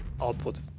output